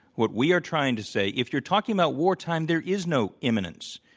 what we are trying to say if you're talking about wartime, there is no imminence.